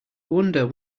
wonder